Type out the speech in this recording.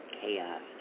chaos